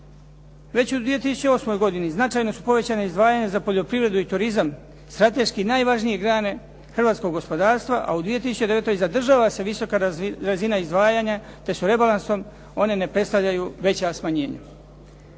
Već u 2008. godini značajno su povećana izdvajanja za poljoprivredu i turizam, strateški najvažnije grane hrvatskog gospodarstva, a u 2009. zadržava se visoka razina izdvajanja te rebalansom one ne predstavljaju veća smanjenja.